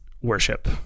worship